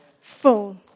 full